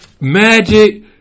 magic